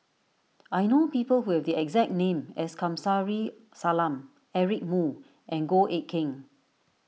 I know people who have the exact name as Kamsari Salam Eric Moo and Goh Eck Kheng